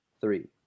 three